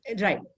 right